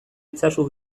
itzazu